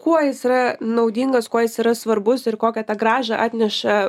kuo jis yra naudingas kuo jis yra svarbus ir kokią grąžą atneša